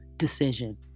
decision